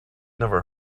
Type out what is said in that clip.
never